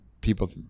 people